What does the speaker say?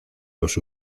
los